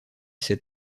ses